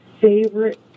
favorite